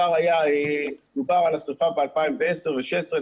דובר על השריפה ב-2010 ו-2016.